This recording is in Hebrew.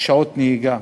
שעות נהיגה.